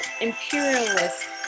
imperialist